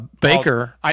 Baker